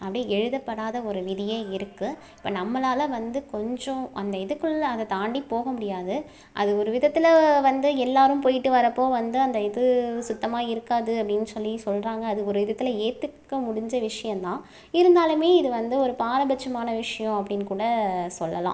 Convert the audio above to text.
அப்படி எழுதப்படாத ஒரு விதியே இருக்கு இப்போ நம்மளால் வந்து கொஞ்சம் அந்த இதுக்குள்ளே அதை தாண்டி போக முடியாது அது ஒரு விதத்தில் வந்து எல்லாரும் போயிவிட்டு வரப்போ வந்து அந்த இது சுத்தமாக இருக்காது அப்படின்னு சொல்லி சொல்லுறாங்க அது ஒரு விதத்தில் ஏற்றுக்க முடிஞ்ச விஷயம் தான் இருந்தாலுமே இது வந்து ஒரு பாரபட்சமான விஷயம் அப்படின்னு கூட சொல்லலாம்